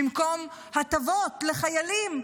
במקום הטבות לחיילים,